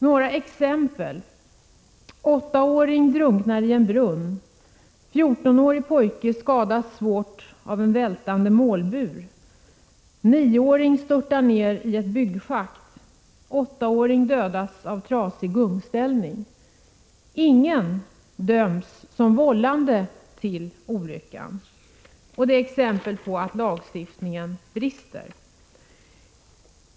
Några exempel: Ingen har i dessa fall dömts som vållande, och det tyder på att lagstiftningen brister.